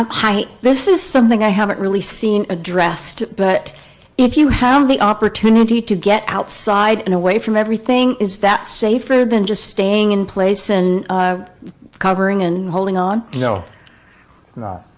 hi. this is something i haven't really seen addressed, but if you have the opportunity to get outside and away from everything, is that safer than just staying in place and covering and holding on? no. it's not.